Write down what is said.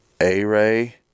A-Ray